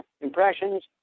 impressions